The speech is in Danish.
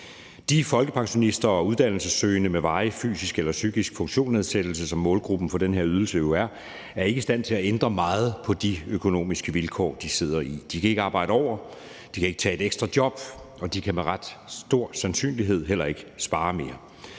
De folkepensionister og uddannelsessøgende med varige fysiske eller psykiske funktionsnedsættelser, som målgruppen for den her ydelse jo er, er ikke i stand til at ændre meget på de økonomiske vilkår, de sidder i. De kan ikke arbejde over, de kan ikke tage et ekstra job, og de kan med ret stor sandsynlighed heller ikke spare mere.